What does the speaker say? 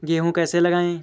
गेहूँ कैसे लगाएँ?